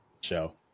show